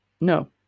no